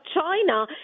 China